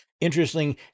interesting